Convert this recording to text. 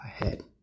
ahead